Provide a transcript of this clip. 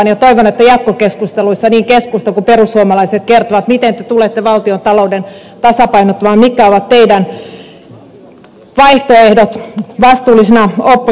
toivon että jatkokeskusteluissa niin keskusta kuin perussuomalaisetkin kertovat miten te tulette valtiontalouden tasapainottamaan mitkä ovat teidän vaihtoehtonne vastuullisina opposition edustajina